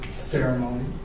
ceremony